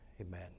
amen